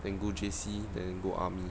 then go J_C then go army